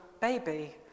baby